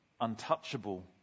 untouchable